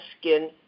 skin